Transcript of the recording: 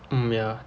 mm ya